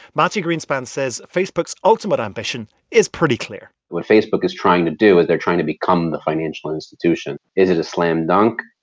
mati greenspan says facebook's ultimate ambition is pretty clear what facebook is trying to do is they're trying to become the financial institution. is it a slam dunk?